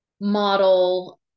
model